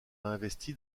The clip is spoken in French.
investi